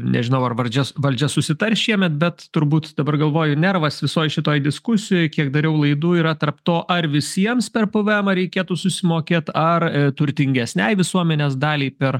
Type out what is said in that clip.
nežinau ar vardžia valdžia susitars šiemet bet turbūt dabar galvoju nervas visoj šitoj diskusijoj kiek dariau laidų yra tarp to ar visiems per pvmą reikėtų susimokėt ar turtingesnei visuomenės daliai per